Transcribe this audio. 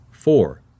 Four